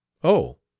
oh!